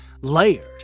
layered